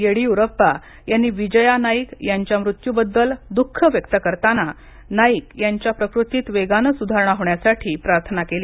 येडीयुरप्पा यांनी विजया नाईक यांच्या मृत्यूबद्दल द्ख व्यक्त करताना नाईक यांच्या प्रकृतीत वेगानं सुधारणा होण्यासाठी प्रार्थना केली